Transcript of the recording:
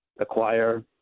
acquire